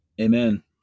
Amen